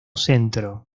centro